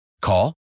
Call